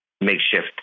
makeshift